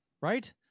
right